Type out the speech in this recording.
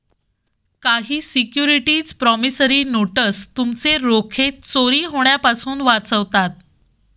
काही securities promissory notes तुमचे रोखे चोरी होण्यापासून वाचवतात